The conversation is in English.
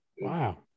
Wow